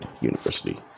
University